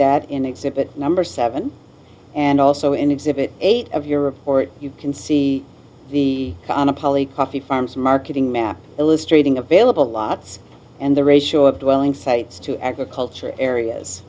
that in exhibit number seven and also in exhibit eight of your report you can see the on a polly coffee farms marketing map illustrating available lots and the ratio of dwelling sites to agriculture areas